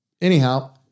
Anyhow